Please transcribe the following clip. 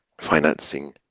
financing